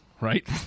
Right